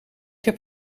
heb